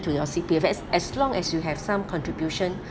to your C_P_F as as long as you have some contribution